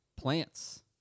Plants